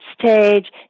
Stage